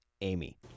Amy